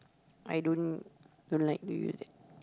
I don't don't like to do that